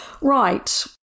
Right